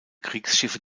kriegsschiffe